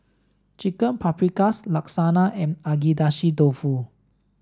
Chicken Paprikas Lasagna and Agedashi dofu